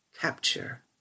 capture